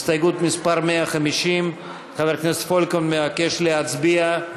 הסתייגות מס' 150. חבר הכנסת פולקמן מבקש להצביע.